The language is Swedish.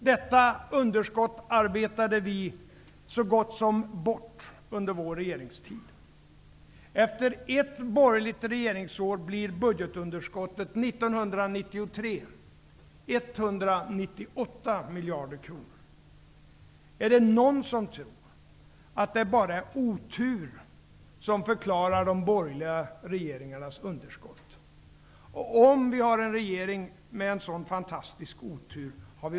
Detta underskott arbetade vi så gott som bort under vår regeringstid. Efter ett borgerligt regeringsår blir budgetunderskottet 198 Är det någon som tror att det bara är otur som förklarar de borgerliga regeringarnas underskott? Har vi verkligen i längden råd att ha en regering med en sådan fantastisk otur?